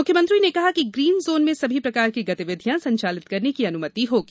म्ख्यमंत्री ने कहा कि ग्रीन जोन में सभी प्रकार की गतिविधियाँ संचालित करने की अन्मति होगी